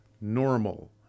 Normal